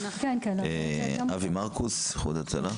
אבי מרכוס, בבקשה.